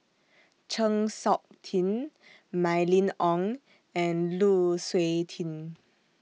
Chng Seok Tin Mylene Ong and Lu Suitin